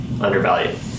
undervalued